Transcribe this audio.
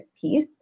piece